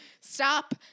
stop